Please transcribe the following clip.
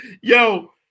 Yo